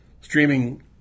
streaming